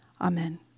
Amen